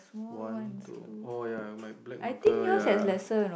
one two oh ya my black marker ya